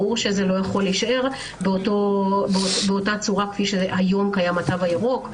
ברור שזה לא יכול להישאר באותה צורה כפי שקיים היום התו הירוק,